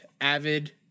avid